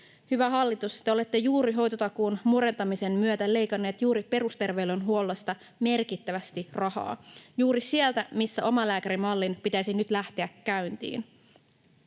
Hyvä hallitus, te olette hoitotakuun murentamisen myötä leikanneet juuri perusterveydenhuollosta merkittävästi rahaa — juuri sieltä, missä omalääkärimallin pitäisi nyt lähteä käyntiin.